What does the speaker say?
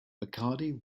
bacardi